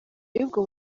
y’ubwo